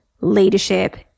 leadership